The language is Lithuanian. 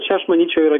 čia aš manyčiau yra